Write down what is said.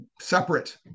separate